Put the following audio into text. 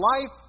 life